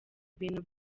ibintu